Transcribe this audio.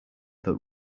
that